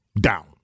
down